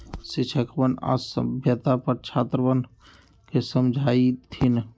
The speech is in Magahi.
शिक्षकवन आज साम्यता पर छात्रवन के समझय थिन